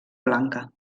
blanca